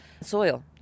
soil